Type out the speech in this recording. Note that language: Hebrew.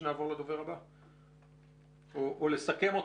או לסכם?